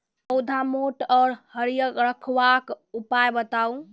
पौधा मोट आर हरियर रखबाक उपाय बताऊ?